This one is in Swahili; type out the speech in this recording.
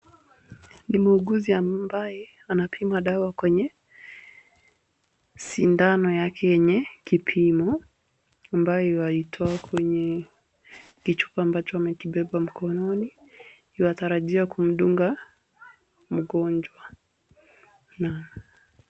Ni muuguzi ambaye anapima dawa kwenye sindano yake yenye kipimo ambayo yuaitoa kwenye kichupa ambacho amekibeba mkononi. Yuatarajia kumdunga mgonjwa na.